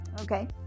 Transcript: Okay